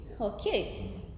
okay